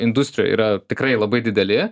industrijoje yra tikrai labai dideli